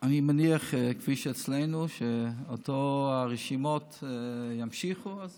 אני מניח, כך אצלנו, שאותן הרשימות ימשיכו, אז